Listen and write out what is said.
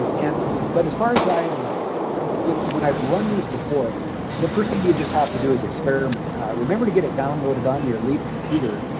and but as far as i'm with when i've run these before the first thing you just have to do is experiment remember to get it downloaded onto your leap computer.